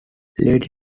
lady